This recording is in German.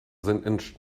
sind